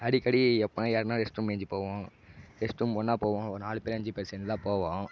அடிக்கடி எப்பன்னா யாருன்னால் ரெஸ்ட் ரூம் ஏஞ்சு போவோம் ரெஸ்ட் ரூம் ஒன்றா போவோம் நாலு பேர் அஞ்சு பேர் சேர்ந்து தான் போவோம்